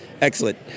Excellent